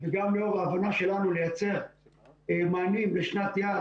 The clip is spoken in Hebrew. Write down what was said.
וגם לאור ההבנה שלנו לייצר מענים לשנת יעד,